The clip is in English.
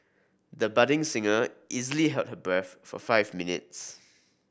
the budding singer easily held her breath for five minutes